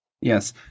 Yes